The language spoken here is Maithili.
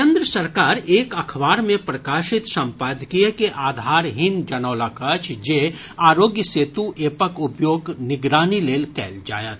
केन्द्र सरकारएक अखबार मे प्रकाशित संपादकीय के आधारहीन जनौलक अछि जे आरोग्य सेतु एपक उपयोग निगरानी लेल कयल जायत